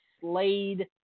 Slade